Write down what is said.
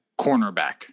cornerback